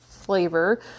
flavor